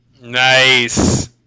Nice